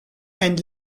and